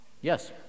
Yes